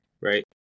right